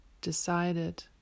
decided